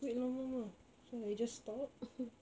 wait long long ah so I just stop